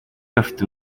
bafite